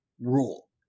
rule